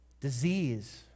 disease